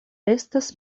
estas